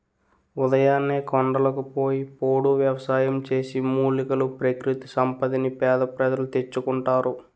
ఉదయాన్నే కొండలకు పోయి పోడు వ్యవసాయం చేసి, మూలికలు, ప్రకృతి సంపదని పేద ప్రజలు తెచ్చుకుంటారు